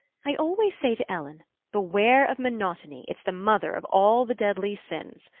i always say to ellen beware of monotony it's the mother of all the deadly sins.